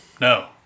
No